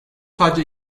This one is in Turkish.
sadece